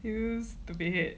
it used to be